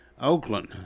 Oakland